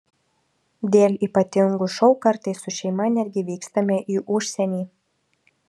dėl ypatingų šou kartais su šeima netgi vykstame į užsienį